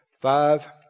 five